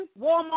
Walmart